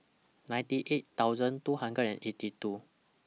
ninety eight thousand two hundred and eighty two